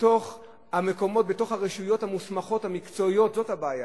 בתוך הרשויות המוסמכות המקצועיות, היא הבעיה.